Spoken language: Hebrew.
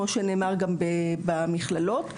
גם במכללות.